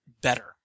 better